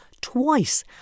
twice